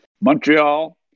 Montreal